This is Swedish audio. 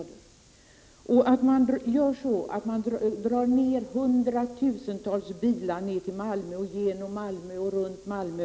Det bekymrar tydligen inte moderaterna att man drar ned hundratusentals bilar till, runt och genom Malmö.